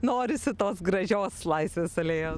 norisi tos gražios laisvės alėjos